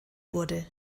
wurde